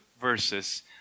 verses